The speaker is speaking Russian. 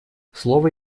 слово